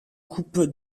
coupes